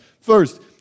First